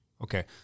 Okay